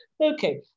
Okay